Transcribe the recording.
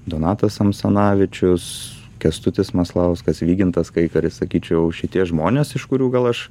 donatas samsanavičius kęstutis maslauskas vygintas kaikaris sakyčiau šitie žmonės iš kurių gal aš